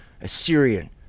Assyrian